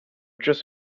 just